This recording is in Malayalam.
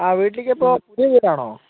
ആ വീട്ടീലേക്കെപ്പൊഴാണ് പുതിയ വീടാണൊ